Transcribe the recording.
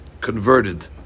converted